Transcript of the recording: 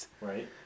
Right